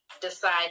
decide